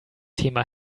thema